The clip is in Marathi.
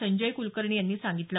संजय कुलकर्णी यांनी सांगितलं